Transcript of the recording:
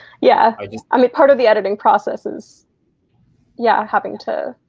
yeah i mean i mean part of the editing process is yeah having to